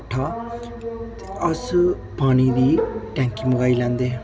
किट्ठा अस पानी दी टैंकी मंगाई लैंदे